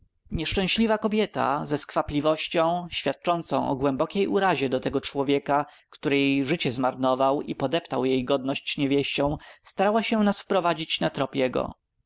nieszczęśliwa kobieta ze skwapliwością świadczącą o głębokiej urazie do tego człowieka który jej życie zmarnował i podeptał jej godność niewieścią starała się nas wprowadzić na